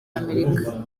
amerika